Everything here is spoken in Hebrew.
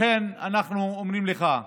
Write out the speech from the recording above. לכן, אנחנו אומרים לך: